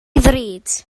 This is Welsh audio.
ddrud